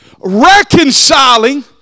reconciling